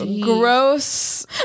gross